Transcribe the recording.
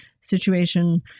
situation